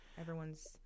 Everyone's